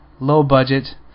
low-budget